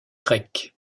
grec